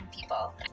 people